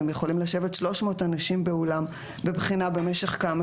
הם יכולים לשבת 300 אנשים באולם בבחינה במשך כמה